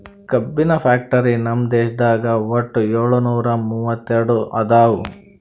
ಕಬ್ಬಿನ್ ಫ್ಯಾಕ್ಟರಿ ನಮ್ ದೇಶದಾಗ್ ವಟ್ಟ್ ಯೋಳ್ನೂರಾ ಮೂವತ್ತೆರಡು ಅದಾವ್